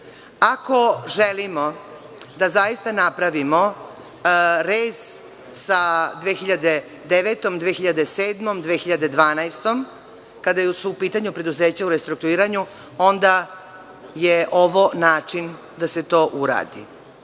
želimo da zaista napravimo rez sa 2009, 2007, 2012. godinom, kada su u pitanju preduzeća u restrukturiranju, onda je ovo način da se to uradi.